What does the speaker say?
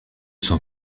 cent